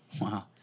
Wow